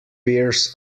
pears